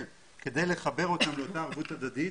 כדי לחבר אותם לאותה ערבות הדדית,